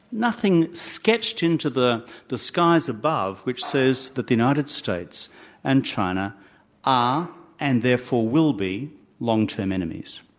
nothing sketched into the the skies above which says that the united states and china are and therefore will be long-term enemies.